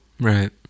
right